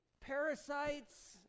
parasites